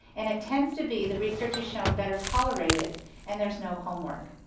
and it tends to be, the research has shown, better tolerated and there's no homework.